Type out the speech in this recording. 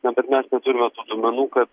na kad mes neturime tų duomenų kad